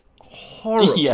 horrible